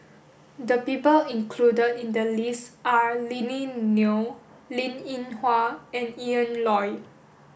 the people included in the list are Lily Neo Linn In Hua and Ian Loy